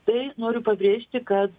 tai noriu pabrėžti kad